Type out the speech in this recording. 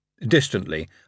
Distantly